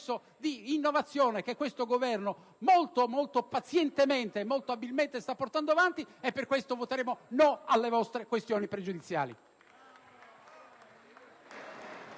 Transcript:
di innovazione che questo Governo molto pazientemente ed abilmente sta portando avanti. Per questo voteremo no alle vostre questioni pregiudiziali.